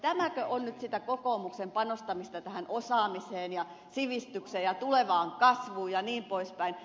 tämäkö on nyt sitä kokoomuksen panostamista tähän osaamiseen ja sivistykseen ja tulevaan kasvuun jnp